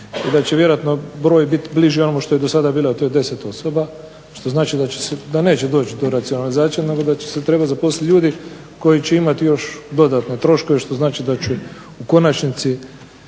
i da će vjerojatno biti bliže amo što je do sada bilo, a to je 10 osoba, što znači da neće doći do racionalizacije nego da će se trebati zaposliti ljudi koji će imati još dodatno troškove što znači da će u konačnici